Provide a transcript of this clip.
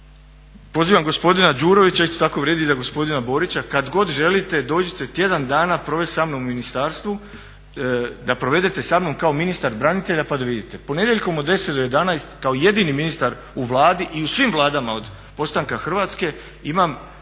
Pozivam gospodina Đurovića, isto tako vrijedi i za gospodina Borića, kad god želite dođite tjedan dana provesti sa mnom u ministarstvu, da provedete sa mnom kao ministar branitelja pa da vidite. Ponedjeljkom od 10 do 11 kao jedini ministar u Vladi i u svim vladama od postanka Hrvatske imam